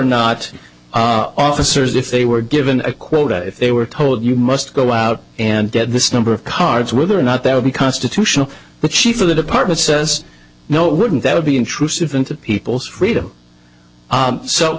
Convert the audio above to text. not officers if they were given a quota if they were told you must go out and get this number of cards whether or not they would be constitutional the chief of the department says no wouldn't that would be intrusive into people's freedom